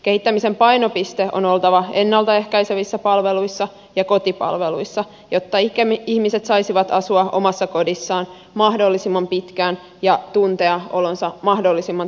kehittämisen painopisteen on oltava ennalta ehkäisevissä palveluissa ja kotipalveluissa jotta ikäihmiset saisivat asua omassa kodissaan mahdollisimman pitkään ja tuntea olonsa mahdollisimman turvalliseksi